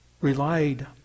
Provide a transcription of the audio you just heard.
relied